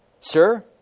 Sir